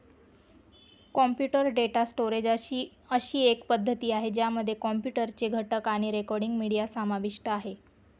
computer data storage एक अशी पद्धती आहे, ज्यामध्ये कॉम्प्युटर चे घटक आणि रेकॉर्डिंग, मीडिया समाविष्ट आहे